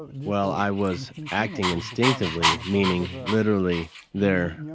well, i was acting instinctively, meaning, literally there,